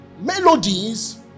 melodies